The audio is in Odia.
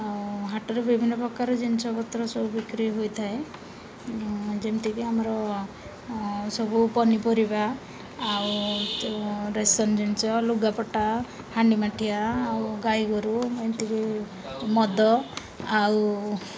ଆଉ ହାଟରେ ବିଭିନ୍ନ ପ୍ରକାର ଜିନିଷ ପତ୍ର ସବୁ ବିକ୍ରି ହୋଇଥାଏ ଯେମିତିକି ଆମର ସବୁ ପନିପରିବା ଆଉ ରାସନ୍ ଜିନିଷ ଲୁଗାପଟା ହାଣ୍ଡି ମାଠିଆ ଆଉ ଗାଈ ଗୋରୁ ଏମିତିକି ମଦ ଆଉ